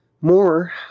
more